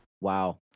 Wow